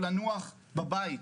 או לנוח בבית,